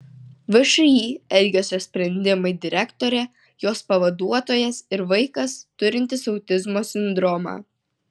všį elgesio sprendimai direktorė jos pavaduotojas ir vaikas turintis autizmo sindromą